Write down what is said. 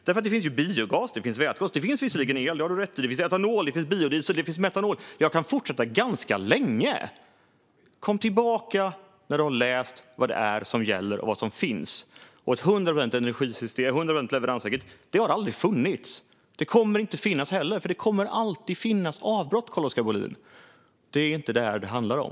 Det finns biogas, och det finns vätgas. Det finns visserligen el - det har du rätt i - och det finns etanol, biodiesel och metanol. Jag kan fortsätta ganska länge. Kom tillbaka när du har läst vad det är som gäller och vad som finns! Ett 100 procent leveranssäkert energisystem har aldrig funnits. Det kommer inte heller att finnas, för det kommer alltid att förekomma avbrott, Carl-Oskar Bohlin. Det är inte detta det handlar om.